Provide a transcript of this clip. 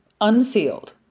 unsealed